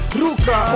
ruka